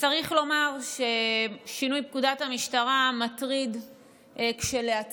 צריך לומר ששינוי פקודת המשטרה מטריד כשלעצמו,